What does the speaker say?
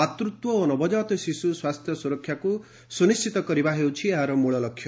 ମାତୃତ୍ୱ ଓ ନବଜାତ ଶିଶୁ ସ୍ୱାସ୍ଥ୍ୟ ସୁରକ୍ଷାକୁ ନିଣ୍ଢିତ କରିବା ହେଉଛି ଏହାର ମ୍ବଳଲକ୍ଷ୍ୟ